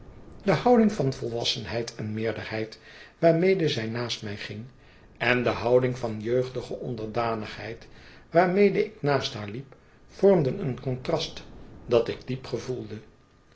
de houding van volwassenheid en meerderheid waarmede zij naast mij ging en de houding van jeugdige onderdanigheid waarmede ik naast haar liep vormden een contrast dat ik diep gevoelde